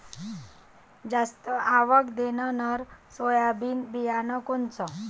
जास्त आवक देणनरं सोयाबीन बियानं कोनचं?